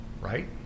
right